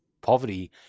poverty